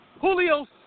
Julio